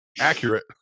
Accurate